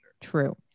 True